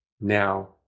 now